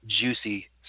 juicy